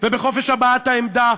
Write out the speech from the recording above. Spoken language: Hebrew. ובחופש הבעת העמדה.